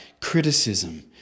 criticism